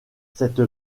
cette